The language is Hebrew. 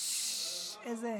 פששש, איזה,